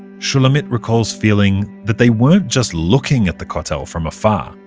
shulamit recalls feeling that they weren't just looking at the kotel from afar.